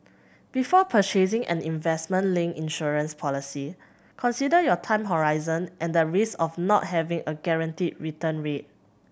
before purchasing an investment linked insurance policy consider your time horizon and the risks of not having a guaranteed return rate